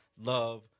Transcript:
love